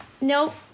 nope